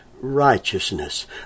righteousness